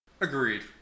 agreed